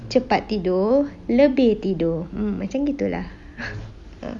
cepat tidur lebih tidur mm macam gitu lah uh